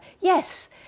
Yes